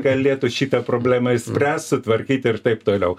galėtų šitą problemą išspręst sutvarkyt ir taip toliau